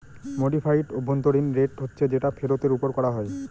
modified অভ্যন্তরীন rate হচ্ছে যেটা ফেরতের ওপর করা হয়